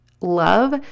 love